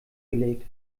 gelegt